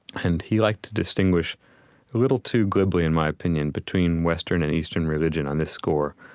and he liked to distinguish, a little too glibly in my opinion, between western and eastern religion on this score.